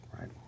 right